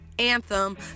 anthem